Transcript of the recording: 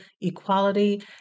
equality